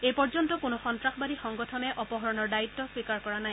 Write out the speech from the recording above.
এই পৰ্যন্ত কোনো সন্তাসবাদী সংগঠনে অপহৰণৰ দায়িত্ব স্বীকাৰ কৰা নাই